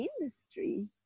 industry